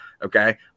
Okay